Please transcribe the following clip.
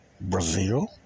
Brazil